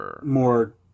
more